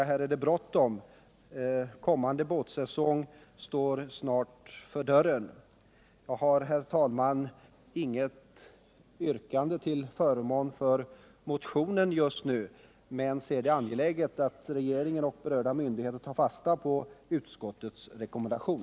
Här är det bråttom — kommande båt säsong står snart för dörren. Herr talman! Jag har inget yrkande till förmån för motionen just nu, men ser det som angeläget att regering och berörda myndigheter tar fasta på utskottets rekommendation.